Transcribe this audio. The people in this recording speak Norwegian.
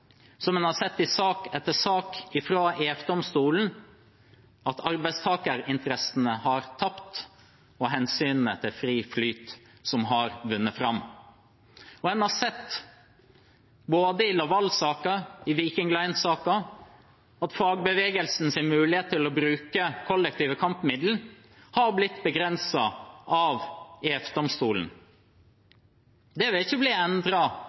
som en har sett i sak etter sak i EU-domstolen, at arbeidstakerinteressene har tapt og hensynet til fri flyt har vunnet fram. Vi har sett både i Laval-saken og i Viking Line-saken at fagbevegelsens mulighet til å bruke kollektive kampmidler har blitt begrenset av EU-domstolen. Det vil ikke bli